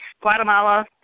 Guatemala